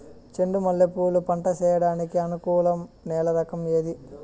చెండు మల్లె పూలు పంట సేయడానికి అనుకూలం నేల రకం ఏది